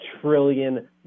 trillion